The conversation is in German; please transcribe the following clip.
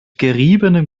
geriebenem